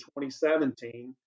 2017